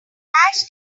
hash